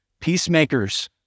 Peacemakers